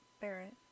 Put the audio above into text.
Barrett